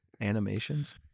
Animations